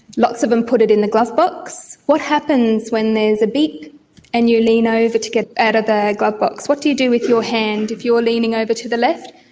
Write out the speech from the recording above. lots of them put it in the glovebox. what happens when there is a beep and you lean over to get it out of the glovebox? what do you do with your hand if you are leaning over to the left?